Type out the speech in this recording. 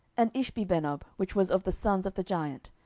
and ishbibenob, which was of the sons of the giant,